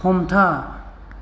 हमथा